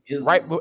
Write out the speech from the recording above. right